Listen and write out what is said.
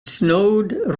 snowed